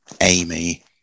Amy